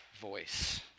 voice